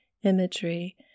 imagery